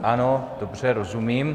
Ano, dobře, rozumím.